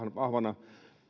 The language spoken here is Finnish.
vahvana